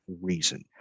reason